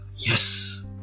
Yes